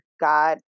God